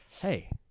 Hey